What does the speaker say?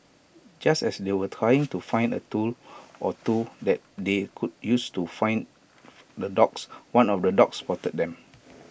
just as they were trying to find A tool or two that they could use to fend the dogs one of the dogs spotted them